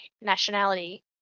nationality